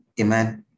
Amen